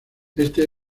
este